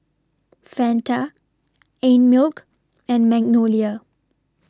Fanta Einmilk and Magnolia